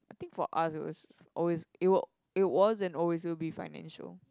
I think for us it was always it will it was and always will be financial